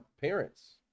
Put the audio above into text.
parents